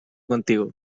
contigo